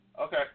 Okay